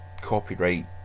copyright